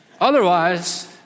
Otherwise